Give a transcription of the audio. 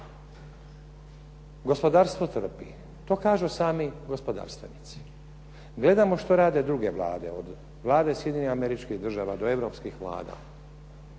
Gospodarstvo trpi, to kažu sami gospodarstvenici. Gledamo što rade druge Vlade, od Vlade Sjedinjenih Američkih Država do europskih vlada.